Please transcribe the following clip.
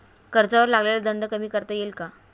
कर्जावर लागलेला दंड कमी करता येईल का?